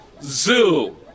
zoo